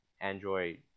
Android